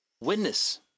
witness